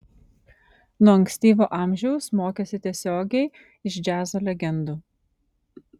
nuo ankstyvo amžiaus mokėsi tiesiogiai iš džiazo legendų